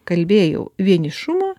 kalbėjau vienišumo